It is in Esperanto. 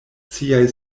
siaj